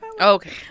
okay